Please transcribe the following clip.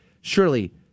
Surely